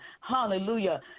hallelujah